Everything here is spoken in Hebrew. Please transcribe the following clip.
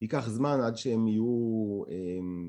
ייקח זמן עד שהם יהיו אממ..